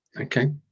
Okay